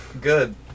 Good